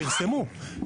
פרסמו.